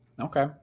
Okay